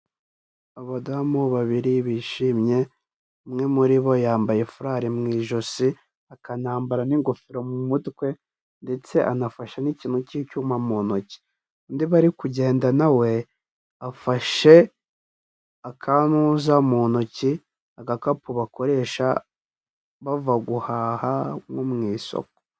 Abadamu babiri bishimye, umwe muri bo yambaye furari mu ijosi akanambara n'ingofero mu mutwe ndetse anafashe n'ikintu cy'icyuma mu ntoki, undi bari kugendana we afashe akantuza mu ntoki, agakapu bakoresha bava guhaha nko mu isoko.